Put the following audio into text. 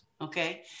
okay